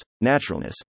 naturalness